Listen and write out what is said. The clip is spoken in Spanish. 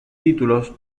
títulos